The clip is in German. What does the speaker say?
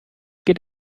geht